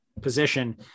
position